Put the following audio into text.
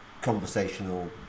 conversational